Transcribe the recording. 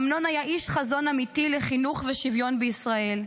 אמנון היה איש חזון אמיתי לחינוך ושוויון בישראל.